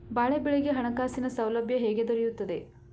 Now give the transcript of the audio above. ಬಾಳೆ ಬೆಳೆಗೆ ಹಣಕಾಸಿನ ಸೌಲಭ್ಯ ಹೇಗೆ ದೊರೆಯುತ್ತದೆ?